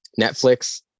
Netflix